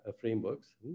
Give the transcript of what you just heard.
frameworks